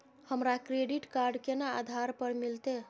हमरा credit card केना आधार पर मिलते?